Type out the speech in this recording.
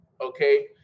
okay